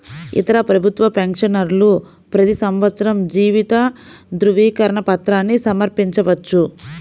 ఇతర ప్రభుత్వ పెన్షనర్లు ప్రతి సంవత్సరం జీవిత ధృవీకరణ పత్రాన్ని సమర్పించవచ్చు